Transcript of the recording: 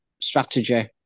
strategy